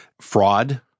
Fraud